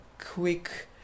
quick